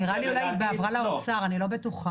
אולי היא עברה למשרד האוצר, אני לא בטוחה.